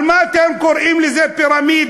למה אתם קוראים לזה "פירמידה"?